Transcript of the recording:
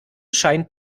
scheint